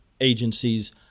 agencies